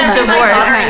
divorce